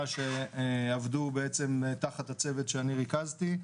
שעבדו בעצם תחת הצוות שאני ריכזתי.